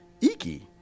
Iki